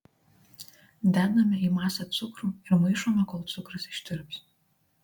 dedame į masę cukrų ir maišome kol cukrus ištirps